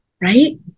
right